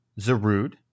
Zerud